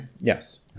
Yes